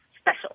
special